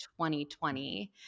2020